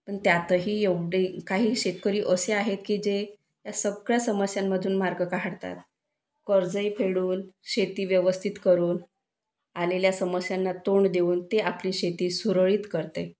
पण त्यातही एवढे काही शेतकरी असे आहेत की जे सगळ्या समस्यांमधून मार्ग काढतात कर्जही फेडून शेती व्यवस्थित करून आलेल्या समस्यांना तोंड देऊन ते आपली शेती सुरळीत करते